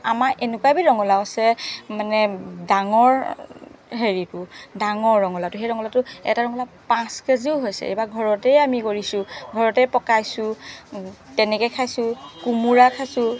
আমাৰ এনেকুৱা এবিধ ৰঙলাও আছে মানে ডাঙৰ হেৰিটো ডাঙৰ ৰঙলাওটো সেই ৰঙলাওটো এটা ৰঙলাও পাঁচ কেজিও হৈছে এইবাৰ ঘৰতেই আমি কৰিছো ঘৰতেই পকাইছোঁ তেনেকৈ খাইছোঁ কোমোৰা খাইছো